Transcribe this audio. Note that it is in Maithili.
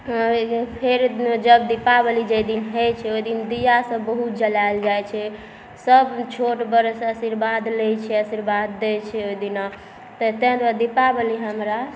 फेर जब दीपावली जाहि दिन होइ छै ओहि दिन दीया सब बहुत जलाएल जाइ छै सब छोट बड़सँ आशीरबाद लै छै अशीरबाद दै छै ओहिदिना फेर ताहि दुआरे दीपावली हमरा